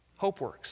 HopeWorks